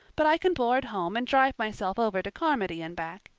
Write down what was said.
but i can board home and drive myself over to carmody and back,